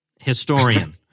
historian